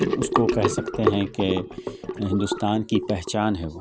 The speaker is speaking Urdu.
اس کو کہہ سکتے ہیں کہ ہندوستان کی پہچان ہے وہ